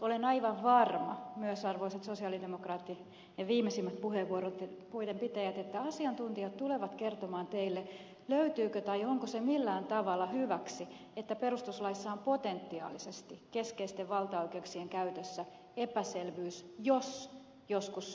olen aivan varma myös arvoisat sosialidemokraatit ne viimeisimmät puheenvuorojen pitäjät että asiantuntijat tulevat kertomaan teille löytyykö tai onko se millään tavalla hyväksi että perustuslaissa on potentiaalisesti keskeisten valtaoikeuksien käytössä epäselvyys jos joskus syntyy ristiriita